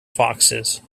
foxes